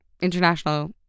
international